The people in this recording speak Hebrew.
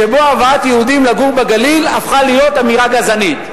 שבו הבאת יהודים לגור בגליל הפכה להיות אמירה גזענית?